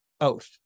oath